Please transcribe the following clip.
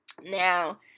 Now